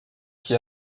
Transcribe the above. qui